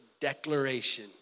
declaration